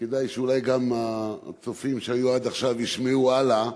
וכדאי אולי שגם הצופים שהיו עד עכשיו ישמעו הלאה,